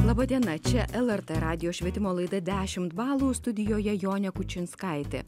laba diena čia lrt radijo švietimo laida dešimt balų studijoje jonė kučinskaitė